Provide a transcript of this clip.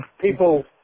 people